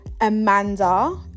Amanda